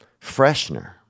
freshener